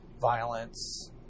violence